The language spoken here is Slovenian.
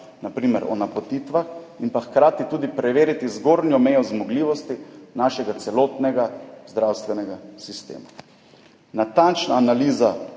na primer o napotitvah, in hkrati tudi preveriti zgornjo mejo zmogljivosti našega celotnega zdravstvenega sistema. Natančna analiza